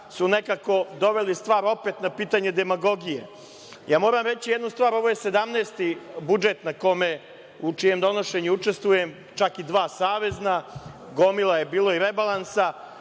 su nekako doveli stvar opet na pitanje demagogije. Moram reći jednu stvar, ovo je 17 budžet u čijem donošenju učestvujem, čak i dva savezna, gomila je bila i rebalansa,